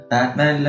Batman